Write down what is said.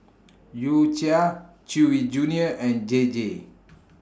U Cha Chewy Junior and J J